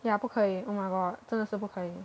ya 不可以 oh my god 真的是不可以